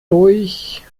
durch